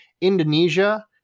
Indonesia